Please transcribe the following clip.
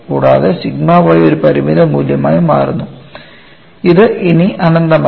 കൂടാതെ sigma y ഒരു പരിമിത മൂല്യമായി മാറുന്നു ഇത് ഇനി അനന്തമല്ല